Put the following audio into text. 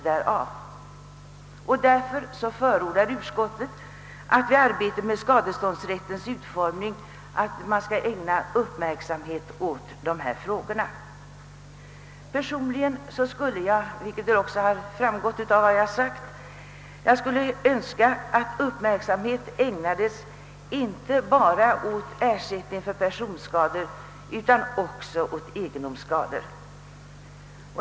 Utskottet förordar därför, att man i arbetet med skadeståndsrättens utformning skall ägna dessa frågor uppmärksamhet. Personligen skulle jag önska, vilket väl framgått av vad jag sagt, att uppmärksamhet ägnades inte bara åt frågan om ersättning för personskador utan även åt frågan om ersättning för egendomsskador.